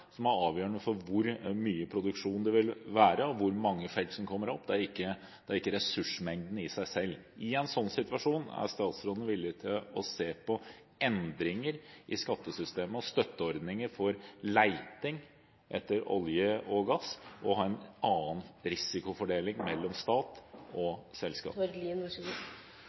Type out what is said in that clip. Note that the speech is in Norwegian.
som er avgjørende for hvor mye produksjon det vil være, og hvor mange felt som kommer opp. Det er ikke ressursmengden i seg selv. I en sånn situasjon – er statsråden villig til å se på endringer i skattesystemet og støtteordninger for leting etter olje og gass, og ha en annen risikofordeling mellom stat og selskap?